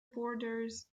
borders